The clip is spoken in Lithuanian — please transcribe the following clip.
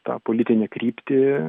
tą politinę kryptį